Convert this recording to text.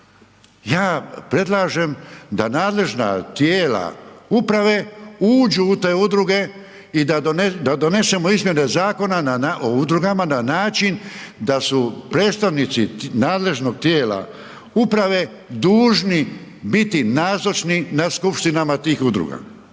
Ja predlažem da nadležna tijela uprave uđu u te udruge i da donesemo izmjene Zakona o udrugama na način da su predstavnici nadležnog tijela uprave dužni biti nazočni na skupštinama tih udrugama,